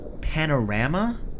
panorama